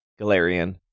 Galarian